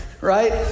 right